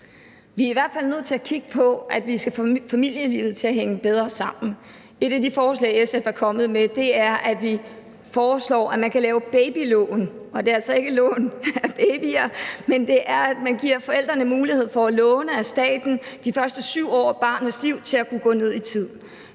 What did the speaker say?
Vi er i hvert fald nødt til at kigge på, at vi skal have familielivet til at hænge bedre sammen. Et af de forslag, SF er kommet med, er, at man kan lave babylån, og der er altså ikke tale om lån af babyer, men om, at man giver forældrene mulighed for at låne af staten de første 7 år af barnets liv til at kunne gå ned i tid.